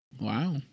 Wow